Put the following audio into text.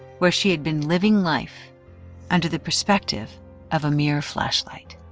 where she had been living life under the perspective of a mere flashlight.